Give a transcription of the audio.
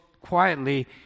quietly